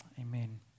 amen